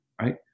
right